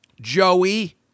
Joey